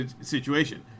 situation